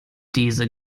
diese